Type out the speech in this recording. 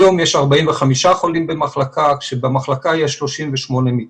היום יש 45 חולים במחלקה כשבמחלקה יש 38 מיטות.